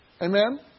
Amen